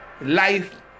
life